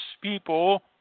people